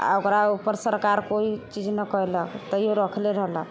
आओर ओकरा उपर सरकार कोइ चीज नहि कयलक तइयो रखले रहलक